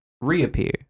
reappear